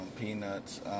peanuts